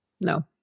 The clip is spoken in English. No